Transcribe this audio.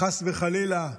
חס וחלילה,